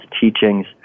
teachings